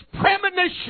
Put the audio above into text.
premonition